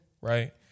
right